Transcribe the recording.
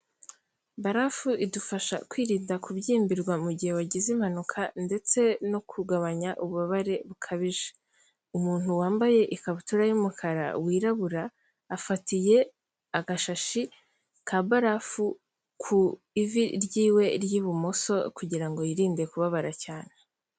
Barafu idufasha kwirinda kubyimbirwa mu gihe wagize impanuka ndetse no kugabanya ububabare bukabije. Umuntu wambaye ikabutura y'umukara wirabura, afatiye agashashi ka barafu ku ivi ryiwe ry'ibumoso kugira ngo yirinde kubabara cyane.